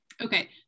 Okay